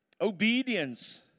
Obedience